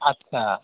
आस्सा